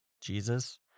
Jesus